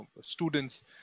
students